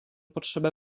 potrzebę